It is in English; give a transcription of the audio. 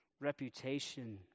reputation